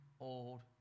old